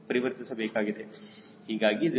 ಹೀಗಾಗಿ 0